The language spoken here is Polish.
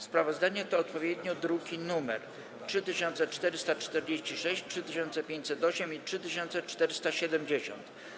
Sprawozdania to odpowiednio druki nr 3446, 3508 i 3470.